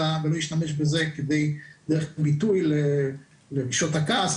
אלא ישתמש בזה כדרך ביטוי לרגשות הכעס,